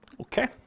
Okay